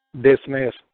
dismiss